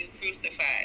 crucified